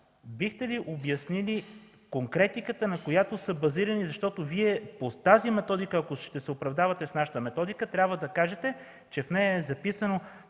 бихте ли обяснили конкретиката, на която са базирани? Защото Вие, ако ще се оправдавате с нашата методика, трябва да кажете, че в нея е записано,